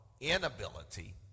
inability